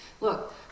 Look